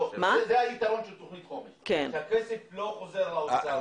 --- זה היתרון של תוכנית חומש שהכסף לא חוזר לאוצר.